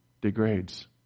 degrades